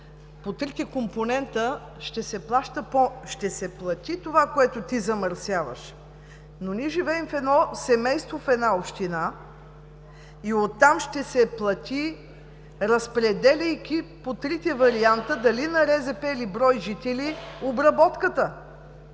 по трите компонента ще се плати това, което ти замърсяваш, но ние живеем в едно семейство, в една община и оттам ще се плати, разпределяйки по трите варианта дали на РЗП, или брой жители, обработката